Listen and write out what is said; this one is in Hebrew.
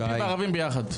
יהודים וערבים ביחד.